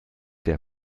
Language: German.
der